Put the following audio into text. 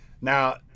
Now